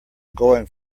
going